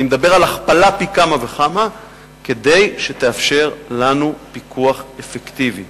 אני מדבר על הכפלה פי כמה וכמה שתאפשר לנו פיקוח אפקטיבי.